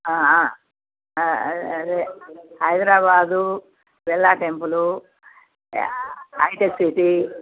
అదే అదే Hyderabad Birla temple hi tech city